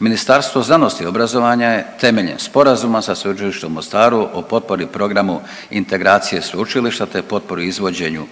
Ministarstvo znanosti, obrazovanja je temeljem Sporazuma sa Sveučilištem u Mostaru o potpori programu integracije sveučilišta, te potpori i izvođenju